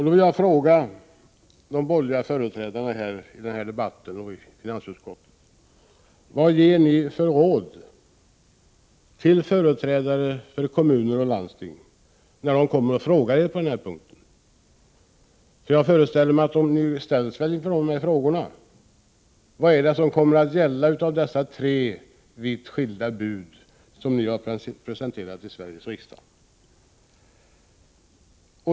Då vill jag fråga de borgerliga företrädarna i den här debatten och i finansutskottet: Vad ger ni för råd till företrädare för kommun och landsting, när de kommer och frågar er på den här punkten? För jag föreställer mig att ni ställs inför frågan: Vilket är det som kommer att gälla av de tre vitt skilda bud som ni har presenterat i Sveriges riksdag?